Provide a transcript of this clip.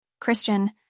Christian